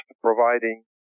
providing